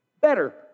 better